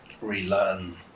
relearn